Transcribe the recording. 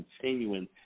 continuing